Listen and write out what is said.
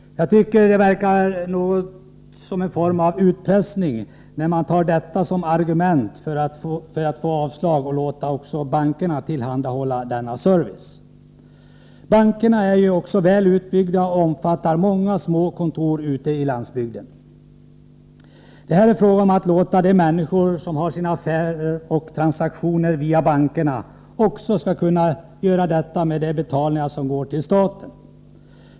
Jag tycker det verkar som en form av utpressning när utskottet anför detta som argument för sitt avstyrkande av förslaget att låta också bankerna tillhandahålla denna service. Även bankerna är ju väl utbyggda och omfattar många små kontor ute på landsbygden. Det är här fråga om att låta de människor som utför sina affärstransaktioner via bankerna få anlita dessa också för betalningar som går till staten.